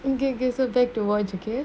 okay okay so back to watch okay